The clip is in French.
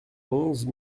onze